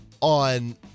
on